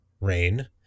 rain